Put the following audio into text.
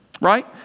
Right